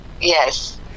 Yes